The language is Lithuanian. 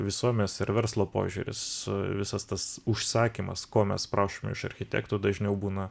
visuomenės ir verslo požiūris visas tas užsakymas ko mes prašome iš architektų dažniau būna